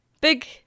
Big